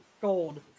gold